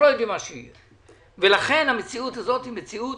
לכן זו מציאות